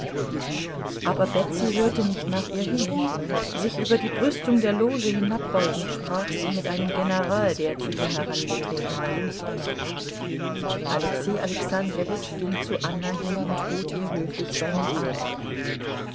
aber betsy hörte nicht nach ihr hin sich über die brüstung der loge hinabbeugend sprach sie mit einem general der zu ihr herangetreten war alexei alexandrowitsch ging zu anna hin und bot ihr höflich seinen arm